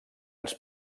ens